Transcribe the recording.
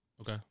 Okay